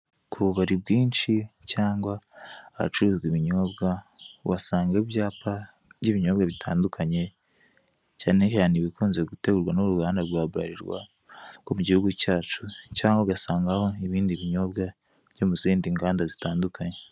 Ku bubari bwinshi cyangwa ahacururizwa ibinyobwa, uhasanga ibyapa by'ibinyobwa bitandukanye, cyane cyane ibikunze gutegurwa n'uruganda rwa Buralirwa rwo mu gihugu cyacu cyangwa ugasangaho ibindi binyobwa byo mu zindi nganda zitandukanye.